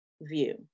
view